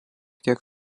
tiek